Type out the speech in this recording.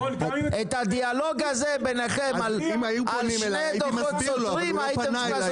את הדיאלוג הזה בינכם על שני דוחות סוטרים הייתם צריכים לעשות